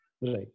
right